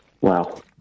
Wow